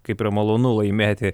kaip yra malonu laimėti